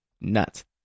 nuts